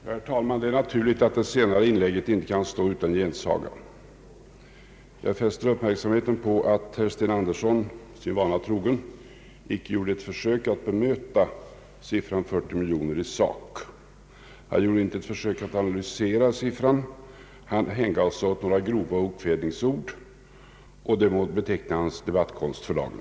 Herr talman! Det är naturligt att det senare inlägget inte bör stå utan gensaga. Jag fäster uppmärksamheten på att herr Sten Andersson, sin vana trogen, icke gjorde ett försök att bemöta siffran 41 miljoner i sak. Han gjorde inte något försök att analysera siffran. Han hängde på några grova okvädinsord, och det må beteckna hans debattkonst för dagen.